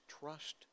trust